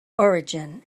origin